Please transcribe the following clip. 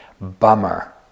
bummer